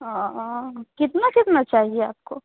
कितना कितना चाहिए आपको